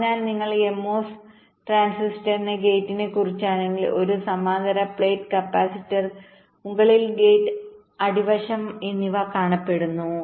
അതിനാൽ നിങ്ങൾ MOS ട്രാൻസിസ്റ്ററിന്റെ ഗേറ്റിനെക്കുറിച്ചാണെങ്കിൽ ഒരു സമാന്തര പ്ലേറ്റ് കപ്പാസിറ്റർ മുകളിൽ ഗേറ്റ് അടിവശം അടിവശം എന്നിവ പോലെ കാണപ്പെടുന്നു